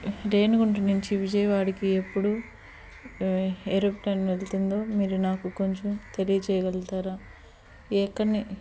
రేణిగుంట నుంచి విజయవాడకి ఎప్పుడు ఏరోప్లేన్ వెళుతుందో మీరు నాకు కొంచెం తెలియజేయగలుగుతారా